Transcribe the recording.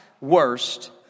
worst